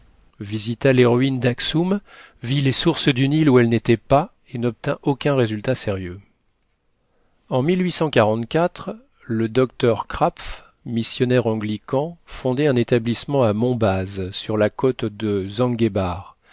visita les ruines d'axum vit les sources du nil où elles n'étaient pas et n'obtint aucun résultat sérieux en le docteur krapf missionnaire anglican fondait un établissement à monbaz sur la côte de zanguebar